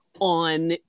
on